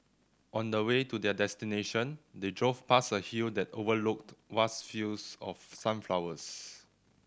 on the way to their destination they drove past a hill that overlooked vast fields of sunflowers